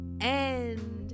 end